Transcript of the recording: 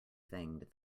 thinged